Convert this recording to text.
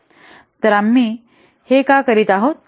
तर आम्ही हे का करीत आहोत